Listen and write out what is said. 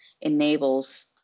enables